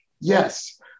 Yes